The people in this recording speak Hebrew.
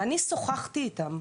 ואני שוחחתי איתם.